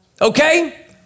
Okay